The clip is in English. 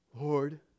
Lord